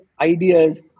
ideas